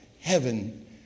Heaven